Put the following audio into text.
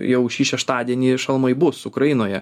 jau šį šeštadienį šalmai bus ukrainoje